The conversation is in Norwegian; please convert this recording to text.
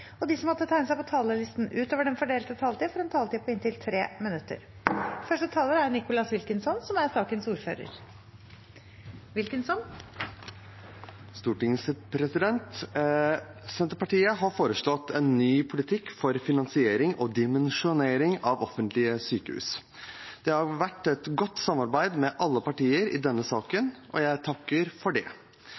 og de som måtte tegne seg på talerlisten utover den fordelte taletid, får også en taletid på inntil 3 minutter. Senterpartiet har foreslått en ny politikk for finansiering og dimensjonering av offentlige sykehus. Det har vært et godt samarbeid med alle partier i denne saken, og jeg takker for det.